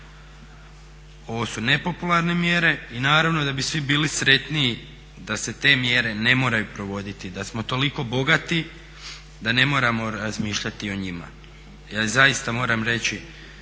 Ovo su nepopularne mjere i naravno da bi svi bili sretniji da se te mjere ne moraju provoditi, da smo toliko bogati da ne moramo razmišljati o njima. Ja zaista moram reći